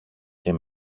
και